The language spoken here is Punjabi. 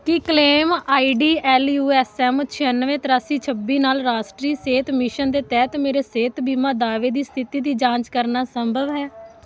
Ki claim I D L U S M ਛਿਆਨਵੇਂ ਤ੍ਰਿਆਸੀ ਛੱਬੀ ਨਾਲ ਰਾਸ਼ਟਰੀ ਸਿਹਤ ਮਿਸ਼ਨ ਦੇ ਤਹਿਤ ਮੇਰੇ ਸਿਹਤ ਬੀਮਾ ਦਾਅਵੇ ਦੀ ਸਥਿਤੀ ਦੀ ਜਾਂਚ ਕਰਨਾ ਸੰਭਵ ਹੈ